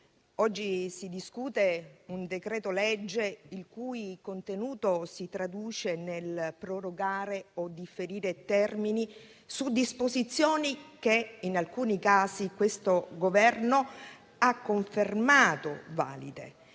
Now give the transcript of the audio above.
oggi si discute un decreto-legge il cui contenuto si traduce nel prorogare o differire termini su disposizioni che, in alcuni casi, questo Governo ha confermato valide;